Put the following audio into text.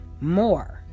more